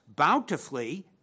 bountifully